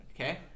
Okay